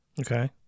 Okay